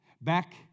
Back